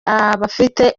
abafite